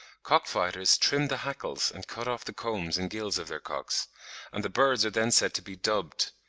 cock-fighters trim the hackles and cut off the combs and gills of their cocks and the birds are then said to be dubbed.